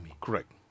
Correct